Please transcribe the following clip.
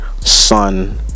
son